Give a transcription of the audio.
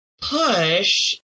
push